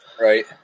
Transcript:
Right